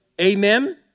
Amen